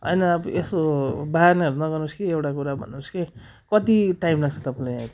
होइन अब यसो बहानाहरू नगर्नुहोस् कि एउटा कुरा भन्नुहोस् कि कति टाइम लाग्छ तपाईँलाई यहाँ आइपुग्नु